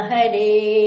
Hari